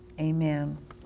Amen